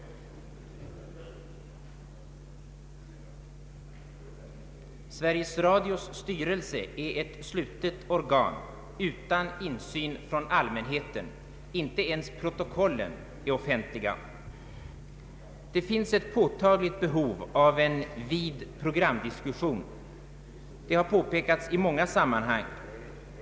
Sveriges Radios styrelse är ett slutet organ utan insyn från allmänheten. Inte ens protokollen är offentliga. Det finns ett påtagligt behov av en vidare programdiskussion. Detta har framhållits i många sammanhang.